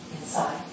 inside